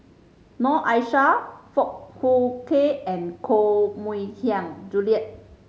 Noor Aishah Foong Fook Kay and Koh Mui Hiang Julie